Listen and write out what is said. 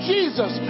Jesus